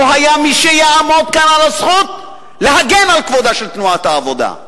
לא היה מי שיעמוד כאן על הזכות להגן על כבודה של תנועת העבודה,